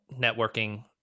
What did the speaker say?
networking